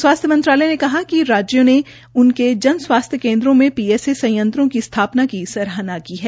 स्वास्थ्य मंत्रालय ने कहा कि राज्यों ने उनके जन स्वास्थ्य केन्द्रों में पीएसए की स्थापना की सराहना की है